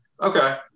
Okay